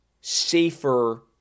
safer